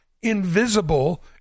invisible